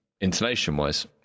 Intonation-wise